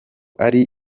ari